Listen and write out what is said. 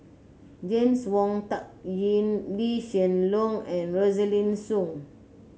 James Wong Tuck Yim Lee Hsien Loong and Rosaline Soon